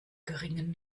geringen